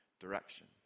direction